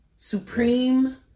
Supreme